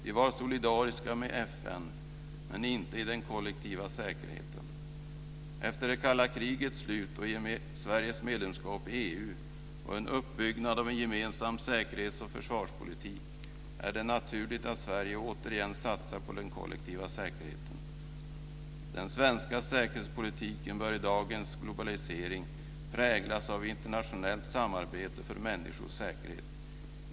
Vi var solidariska med FN men inte i den kollektiva säkerheten. Efter det kalla krigets slut, och i och med Sveriges medlemskap i EU och en uppbyggnad av en gemensam säkerhets och försvarspolitik är det naturligt att Sverige återigen satsar på den kollektiva säkerheten. Den svenska säkerhetspolitiken bör i dagens globalisering präglas av internationellt samarbete för människors säkerhet.